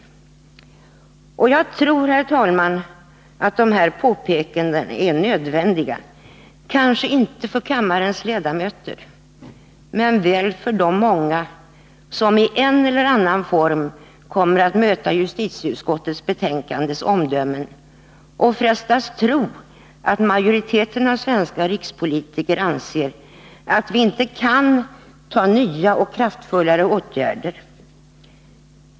Jag tror, herr talman, att dessa påpekanden är nödvändiga — kanske inte för kammarens ledamöter men väl för de många som i en eller annan form kommer att möta omdömena i justitieutskottets betänkande och frestas tro att majoriteten av svenska rikspolitiker anser att vi inte kan vidta några nya och kraftfulla åtgärder.